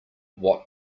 what